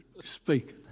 speaking